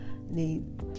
need